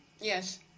Yes